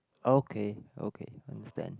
okay okay understand